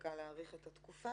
הצדקה להאריך את התקופה.